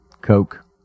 Coke